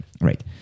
Right